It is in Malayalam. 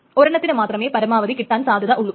ഒരെണ്ണത്തിന് മാത്രമേ പരമാവധി കിട്ടാൻ സാധ്യത ഉള്ളൂ